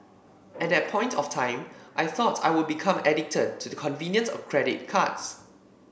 at that point of time I thought I would become addicted to the convenience of credit cards